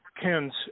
Ken's